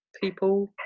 people